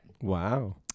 Wow